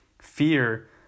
fear